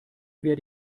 werde